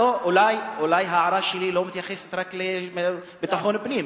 אולי ההערה שלי לא מתייחסת רק לביטחון פנים,